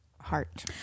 heart